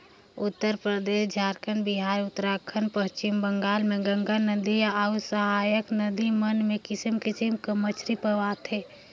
उत्तरपरदेस, झारखंड, बिहार, उत्तराखंड, पच्छिम बंगाल में गंगा नदिया अउ सहाएक नदी मन में किसिम किसिम कर मछरी पवाथे